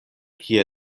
kie